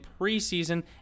preseason